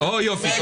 הנה, אמרתי.